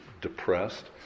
depressed